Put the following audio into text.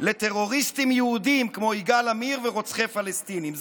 לטרוריסטים יהודים כמו יגאל עמיר ורוצחי פלסטינים.